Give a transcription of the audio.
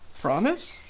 Promise